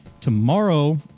Tomorrow